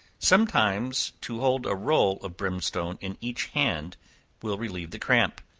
sometimes to hold a roll of brimstone in each hand will relieve the cramp,